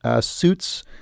suits